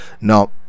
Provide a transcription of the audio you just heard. Now